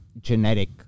genetic